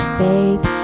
faith